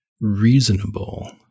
reasonable